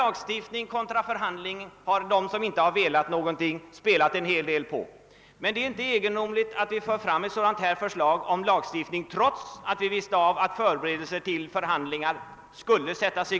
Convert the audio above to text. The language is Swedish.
Lagstiftning kontra förhandlingar har de:som inte velat tillstyrka några åtgärder på detta område spelat en hel del på. Men det är inte egendomligt att vi för fram ett förslag om lagstiftning, trots att vi när vi väckte motionen visste att förberedelser till förhandlingar skulle påbörjas.